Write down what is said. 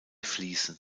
fließen